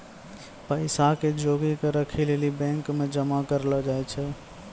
पैसा के जोगी क राखै लेली बैंक मे जमा करलो जाय छै